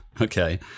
Okay